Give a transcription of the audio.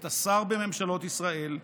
את השר בממשלות ישראל,